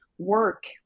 work